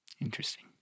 Interesting